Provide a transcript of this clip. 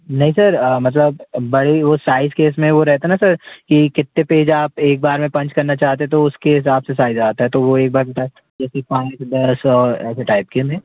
नहीं सर मतलब बड़े वो साइज के इसमें वो रहेता ना सर कि कितने पेज आप एक बार में पंच करना चाहते तो उसके हिसाब से साइज आता है तो वो एक बार का जैसे पाँच दस और ऐसे टाइप के में